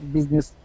Business